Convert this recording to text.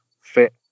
fit